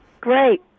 Great